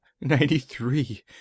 ninety-three